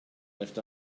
left